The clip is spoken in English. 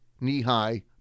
knee-high